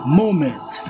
moment